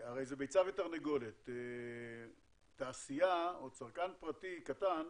ביצה ותרנגולת, צרכן פרטי קטן,